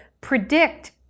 predict